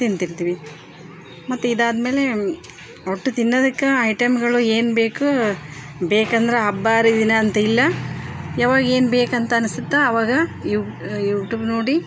ತಿಂತಿರ್ತೀವಿ ಮತ್ತು ಇದಾದ್ಮೇಲೆ ಒಟ್ಟು ತಿನ್ನೋದಕ್ಕೆ ಐಟಮ್ಗಳು ಏನು ಬೇಕು ಬೇಕೆಂದ್ರೆ ಹಬ್ಬ ಹರಿದಿನ ಅಂತಿಲ್ಲ ಯಾವಾಗ ಏನು ಬೇಕಂತ ಅನ್ನಿಸುತ್ತೊ ಅವಾಗ ಯೂ ಯೂಟೂಬ್ ನೋಡಿ